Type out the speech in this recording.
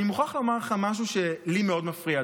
אני מוכרח לומר לך משהו שלי מאוד מפריע,